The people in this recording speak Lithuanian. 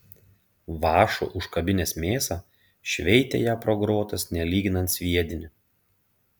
vąšu užkabinęs mėsą šveitė ją pro grotas nelyginant sviedinį